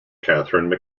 catherine